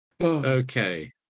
Okay